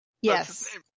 Yes